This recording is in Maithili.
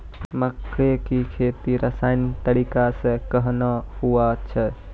मक्के की खेती रसायनिक तरीका से कहना हुआ छ?